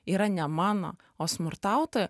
yra ne mano o smurtautojo